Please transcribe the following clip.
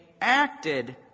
acted